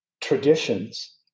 traditions